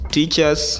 Teachers